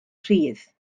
rhydd